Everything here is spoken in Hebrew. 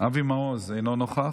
אבי מעוז, אינו נוכח,